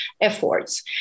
efforts